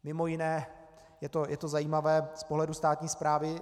Mimo jiné je to zajímavé z pohledu státní správy.